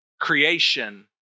creation